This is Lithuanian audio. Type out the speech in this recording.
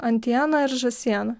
antieną ir žąsieną